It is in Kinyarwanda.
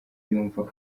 yumva